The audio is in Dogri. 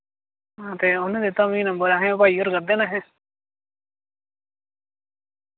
हां ते उन दित्ता मिगी नंबर अहैं ओ भाई होर करदे न अहैं